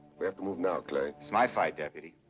we have to move now, clay. it's my fight, deputy.